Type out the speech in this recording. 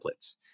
templates